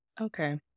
Okay